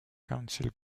council